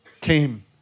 came